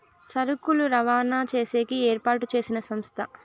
సరుకులు రవాణా చేసేకి ఏర్పాటు చేసిన సంస్థ